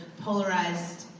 polarized